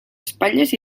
espatlles